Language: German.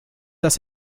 das